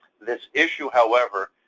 this issue, however,